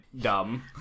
dumb